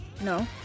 No